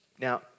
Now